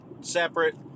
separate